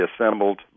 assembled